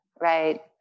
right